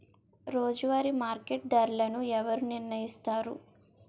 రోజువారి మార్కెట్ ధరలను ఎవరు నిర్ణయిస్తారు?